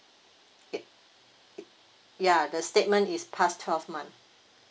ya the statement is past twelve month